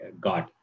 God